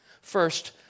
First